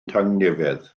tangnefedd